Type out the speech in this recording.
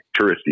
touristy